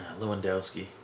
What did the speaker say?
Lewandowski